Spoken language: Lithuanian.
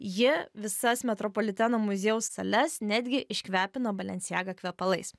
ji visas metropoliteno muziejaus sales netgi iškvepino balencijaga kvepalais